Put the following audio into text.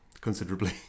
considerably